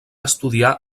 estudiar